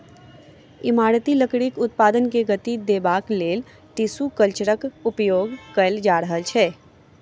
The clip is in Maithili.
इमारती लकड़ीक उत्पादन के गति देबाक लेल टिसू कल्चरक उपयोग कएल जा रहल छै